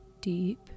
deep